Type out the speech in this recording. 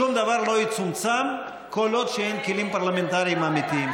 שום דבר לא יצומצם כל עוד שאין כלים פרלמנטריים אמיתיים.